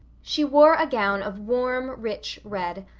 she wore a gown of warm, rich red,